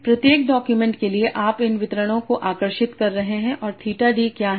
प्रत्येक डॉक्यूमेंट के लिए आप इन वितरणों को आकर्षित कर रहे हैं और थीटा d क्या हैं